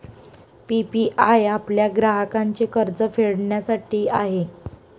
PPI P ग्राहकांचे कर्ज फेडण्यासाठी आहे